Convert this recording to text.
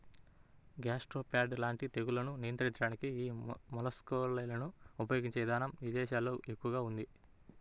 gastropod లాంటి తెగుళ్లను నియంత్రించడానికి యీ మొలస్సైడ్లను ఉపయిగించే ఇదానం ఇదేశాల్లో ఎక్కువగా ఉంది